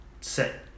set